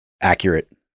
accurate